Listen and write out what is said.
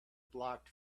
blocked